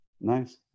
nice